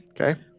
Okay